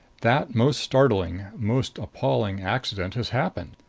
that most startling, most appalling accident has happened.